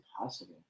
impossible